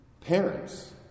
Parents